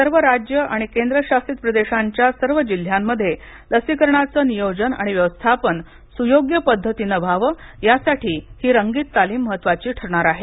सर्व राज्य आणि केंद्र शासित प्रदेशांच्या सर्व जिल्ह्यांमध्ये लसीकरणाचं नियोजन आणि व्यवस्थापन सुयोग्य पद्धतीनं व्हावं यासाठी ही रंगीत तालीम महत्त्वाची ठरणार आहे